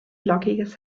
lockiges